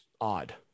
odd